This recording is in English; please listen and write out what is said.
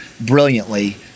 brilliantly